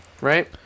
right